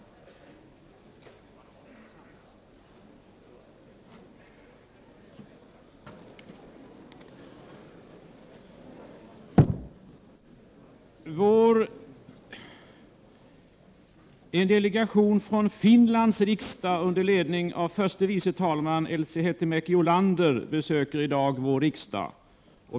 En delegation från Finlands riksdag under ledning av förste vice talmannen Elsi Hetemäki-Olander besöker i dag vår riksdag.